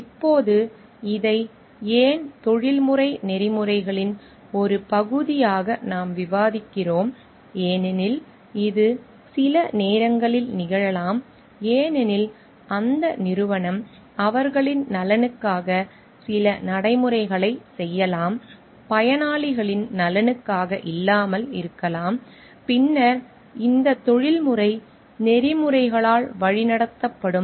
இப்போது இதை ஏன் தொழில்முறை நெறிமுறைகளின் ஒரு பகுதியாக நாம் விவாதிக்கிறோம் ஏனெனில் இது சில நேரங்களில் நிகழலாம் ஏனெனில் அந்த நிறுவனம் அவர்களின் நலனுக்காக சில நடைமுறைகளைச் செய்யலாம் பயனாளிகளின் நலனுக்காக இல்லாமல் இருக்கலாம் பின்னர் இந்த தொழில்முறை நெறிமுறைகளால் வழிநடத்தப்படும்